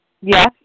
Yes